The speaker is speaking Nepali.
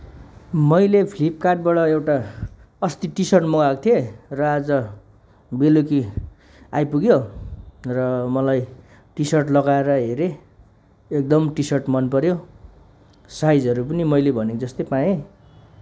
मैले फ्लिपकार्टबाट एउटा अस्ति टी सर्ट मगाएको थिएँ र आज बेलुकी आइपुग्यो र मलाई टी सर्ट लगाएर हेरेँ एकदम टी सर्ट मन पऱ्यो साइजहरू पनि मैले भनेको जस्तै पाएँ